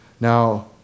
Now